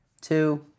two